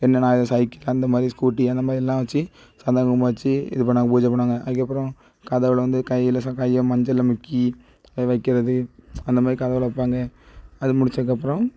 என்னென்ன சைக்கிள் அந்த மாதிரி ஸ்கூட்டி அந்த மாதிரிலாம் வச்சி சந்தனம் குங்குமம் வச்சி இது பண்ணுவாங்க பூஜை பண்ணுவாங்க அதுக்கப்பறம் கதவில் வந்து கையில் ஸோ கையை மஞ்சளில் முக்கி வ வக்கிறது அந்த மாதிரி கதவில் வைப்பாங்க அது முடிச்சதுக்கப்பறம்